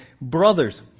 Brothers